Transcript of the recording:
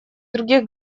других